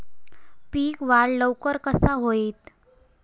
पीक वाढ लवकर कसा होईत?